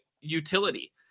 utility